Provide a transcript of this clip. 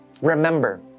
Remember